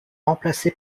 remplacé